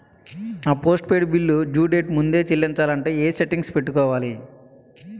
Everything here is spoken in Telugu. నా postpaid bill due date ముందే చెల్లించాలంటే ఎ సెట్టింగ్స్ పెట్టుకోవాలి?